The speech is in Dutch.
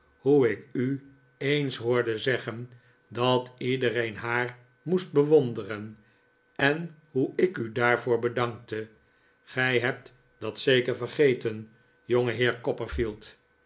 hoe ik u eens hoorde zeggen dat iedereen haar moest bewonderen en hoe ik u daarvoor bedankte gij hebt dat zeker vergeten